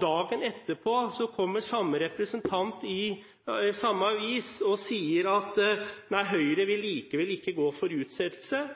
Dagen etterpå kommer samme representant i samme avis og sier: Nei, Høyre vil likevel ikke gå for utsettelse.